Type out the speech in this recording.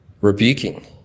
Rebuking